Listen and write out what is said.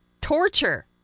torture